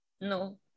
No